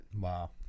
Wow